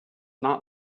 not